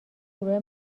گروه